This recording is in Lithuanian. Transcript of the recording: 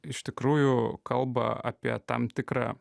iš tikrųjų kalba apie tam tikrą